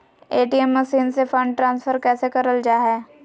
ATM machine से fund transfer कैसे करल जा है?